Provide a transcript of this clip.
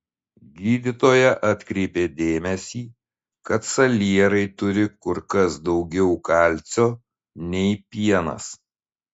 gydytoja atkreipė dėmesį kad salierai turi kur kas daugiau kalcio nei pienas